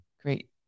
Great